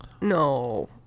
No